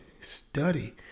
study